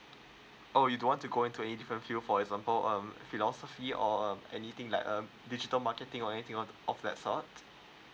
oh you don't want to go into a different field for example um philosophy or uh anything like um digital marketing or anything on of that sort